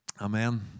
Amen